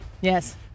Yes